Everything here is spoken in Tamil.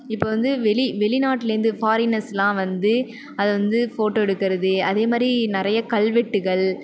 இப்போ வந்து வெளி வெளிநாட்டிலேந்து ஃபாரினர்ஸெலாம் வந்து அதை வந்து ஃபோட்டோ எடுக்கிறது அதேமாதிரி நிறைய கல்வெட்டுகள்